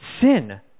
sin